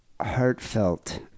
heartfelt